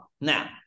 Now